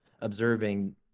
observing